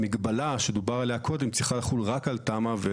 המגבלה שדובר עליה קודם צריכה לחול רק על תמ"א 38,